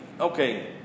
okay